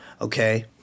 Okay